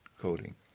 coding